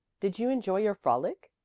did you enjoy your frolic?